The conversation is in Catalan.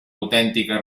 autèntica